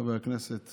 חבר הכנסת